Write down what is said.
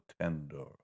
tender